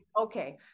Okay